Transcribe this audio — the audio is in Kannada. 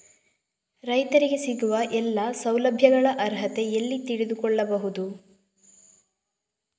ರೈತರಿಗೆ ಸಿಗುವ ಎಲ್ಲಾ ಸೌಲಭ್ಯಗಳ ಅರ್ಹತೆ ಎಲ್ಲಿ ತಿಳಿದುಕೊಳ್ಳಬಹುದು?